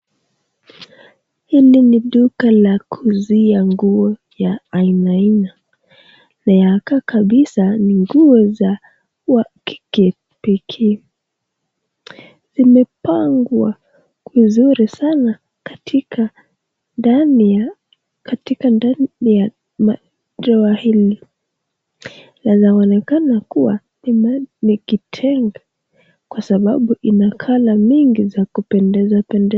Hili ni duka la kuuzia nguo ya aina aina na yakaa kabisa ni nguo za kike pekee, zimepangwa vizuri sana katika ndani ya madrawer hili, na yaonekana kuwa ni kitenge kwa sababu ina colour mingi za kupendeza pendeza.